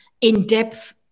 in-depth